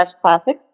Classic